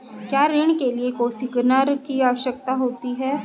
क्या ऋण के लिए कोसिग्नर की आवश्यकता होती है?